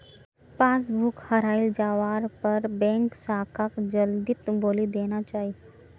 passbook हराई जवार पर बैंक शाखाक जल्दीत बोली देना चाई